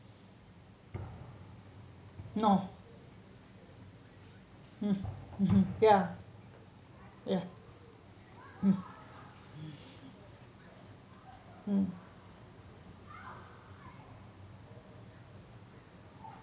no mm mmhmm ya ya mm mm